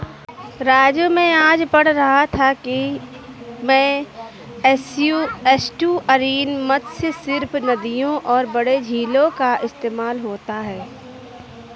राजू मैं आज पढ़ रहा था कि में एस्टुअरीन मत्स्य सिर्फ नदियों और बड़े झीलों का इस्तेमाल होता है